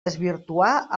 desvirtuar